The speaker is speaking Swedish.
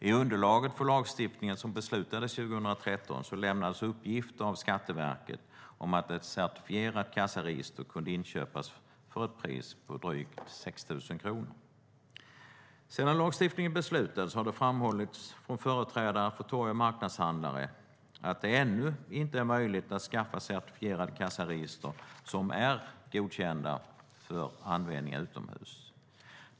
I underlaget för lagstiftningen, som beslutades 2013, lämnades uppgifter av Skatteverket om att ett certifierat kassaregister kunde inköpas för ett pris på drygt 6 000 kronor. Sedan lagstiftningen beslutades har det framhållits från företrädare för torg och marknadshandlare att det ännu inte är möjligt att skaffa certifierade kassaregister som är godkända för användning utomhus.